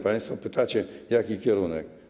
Państwo pytacie: Jaki kierunek?